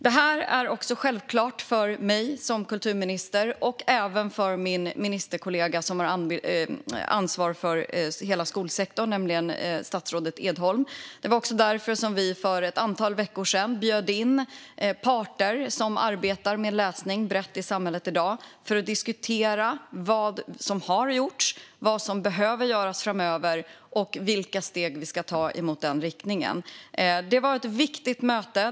Det är självklart för mig som kulturminister och även för min ministerkollega som har ansvar för hela skolsektorn, nämligen statsrådet Edholm. För ett antal veckor sedan bjöd vi in parter som i dag arbetar med läsning brett i samhället för att diskutera vad som har gjorts, vad som behöver göras framöver och vilka steg vi ska ta i den riktningen. Det var ett viktigt möte.